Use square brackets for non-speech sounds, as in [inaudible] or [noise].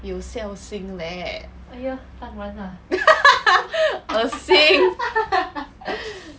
有孝心 leh [laughs] 恶心